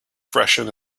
freshen